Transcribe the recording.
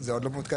זה עוד לא מעודכן?